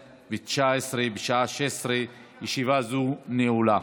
בשעה 16:00. ישיבה זו נעולה.